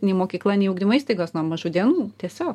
nei mokykla nei ugdymo įstaigos nuo mažų dienų tiesiog